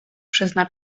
przezna